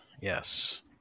Yes